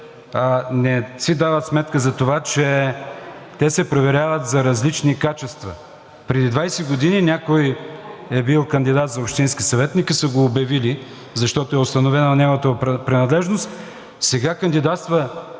не си дават сметка, за това, че те се проверяват за различни качества. Преди 20 години някой е бил кандидат за общински съветник и са го обявили, защото е установена неговата принадлежност, а сега кандидатства,